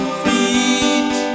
feet